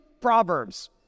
proverbs